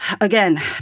again